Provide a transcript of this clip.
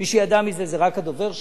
מי שידע מזה זה רק הדובר שלי.